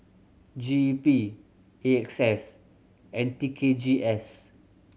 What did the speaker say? G E P A X S and T K G S